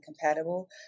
compatible